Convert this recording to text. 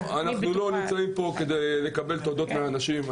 לא נמצאים פה כדי לקבל תודות מאנשים,